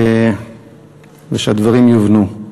ושהדברים יובנו.